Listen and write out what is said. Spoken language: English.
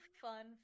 fun